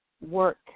work